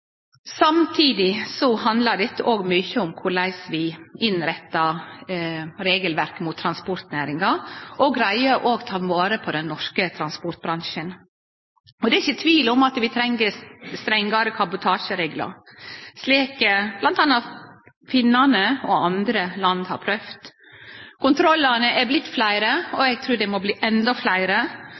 Samtidig handlar dette òg mykje om korleis vi innrettar regelverket mot transportnæringa, og greier å ta vare på den norske transportbransjen. Og det er ikkje tvil om at vi treng strengare kabotasjereglar, slik bl.a. finnane og andre land har prøvd. Kontrollane er blitt fleire, og eg trur dei må bli enda fleire,